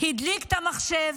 הדליק את המחשב,